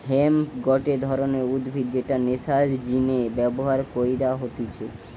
hemp গটে ধরণের উদ্ভিদ যেটা নেশার জিনে ব্যবহার কইরা হতিছে